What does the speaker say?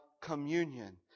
communion